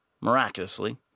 miraculously